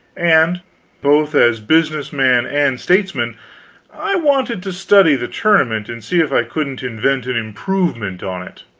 and both as business man and statesman i wanted to study the tournament and see if i couldn't invent an improvement on it.